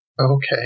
okay